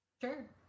Sure